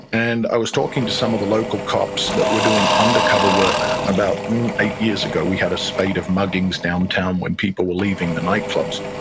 and i was talking to some of the local cops that were doing undercover work about eight years ago. we had a spate of muggings downtown when people were leaving the nightclubs,